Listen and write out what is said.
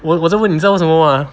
我我在问你知道为什么 mah